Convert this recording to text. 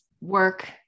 work